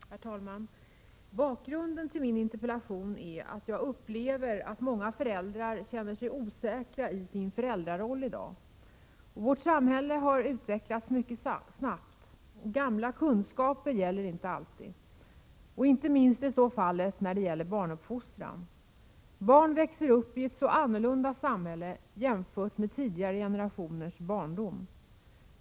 Herr talman! Bakgrunden till min interpellation är att jag upplever att många föräldrar känner sig osäkra i sin föräldraroll i dag. Vårt samhälle har utvecklats mycket snabbt. Gamla kunskaper gäller inte alltid. Inte minst är så fallet i fråga om barnuppfostran. Barn växer upp i ett så annorlunda samhälle jämfört med tidigare generationers barndom.